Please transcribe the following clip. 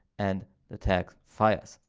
and the tag fires.